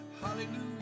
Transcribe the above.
Hallelujah